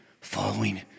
following